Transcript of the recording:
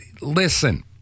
Listen